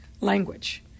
language